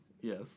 yes